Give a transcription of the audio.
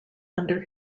under